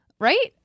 Right